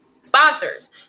sponsors